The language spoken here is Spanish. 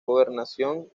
gobernación